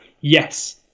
yes